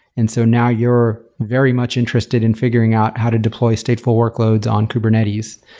and so now you're very much interested in figuring out how to deploy stateful workloads on kubernetes.